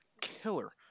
killer